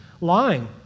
Lying